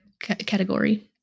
category